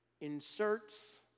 inserts